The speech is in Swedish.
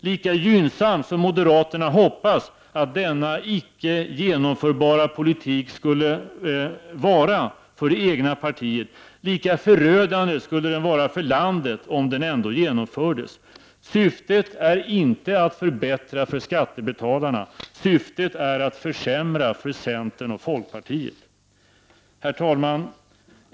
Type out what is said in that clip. Lika gynnsam som moderaterna hoppas att denna icke genomförbara politik skulle vara för det egna partiet, lika förödande skulle den vara för landet om den genomfördes. Syftet är inte att förbättra för skattebetalarna. Syftet är att försämra för centern och folkpartiet. Herr talman!